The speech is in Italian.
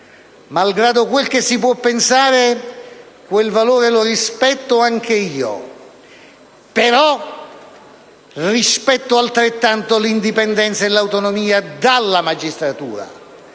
Malgrado quel che si può pensare, quel valore lo rispetto anche io, però rispetto altrettanto l'indipendenza e l'autonomia dalla magistratura.